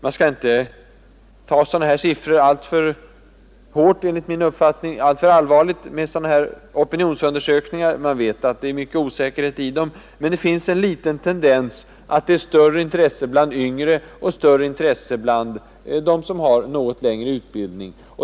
Man skall inte ta sådana här opinionsundersökningar alltför allvarligt enligt min uppfattning; man vet att det är mycken osäkerhet i dem. Men det finns en liten tendens till större intresse bland yngre och bland dem som har något längre utbildning.